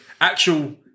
actual